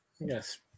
Yes